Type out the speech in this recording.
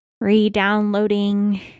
re-downloading